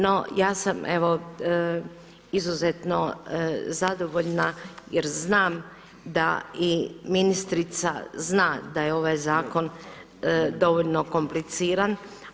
No, ja sam evo izuzetno zadovoljna jer znam da i ministrica zna da je ovaj zakon dovoljno kompliciran.